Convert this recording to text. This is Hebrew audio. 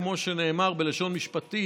כמו שנאמר בלשון משפטית,